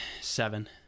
seven